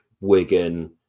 Wigan